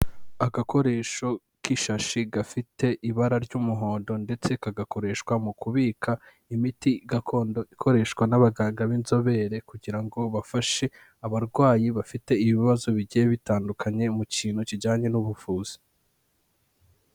Agakoresho k'ishashi gafite ibara ry'umuhondo ndetse kagakoreshwa mu kubika imiti gakondo ikoreshwa n'abaganga b'inzobere kugira ngo bafashe abarwayi bafite ibibazo bigiye bitandukanye mu kintu kijyanye n'ubuvuzi.